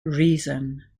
reason